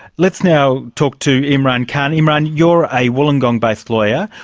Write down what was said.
let's now talk to imran khan, imran, you're a wollongong based lawyer,